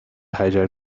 hijack